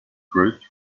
growth